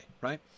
right